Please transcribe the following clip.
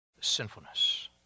sinfulness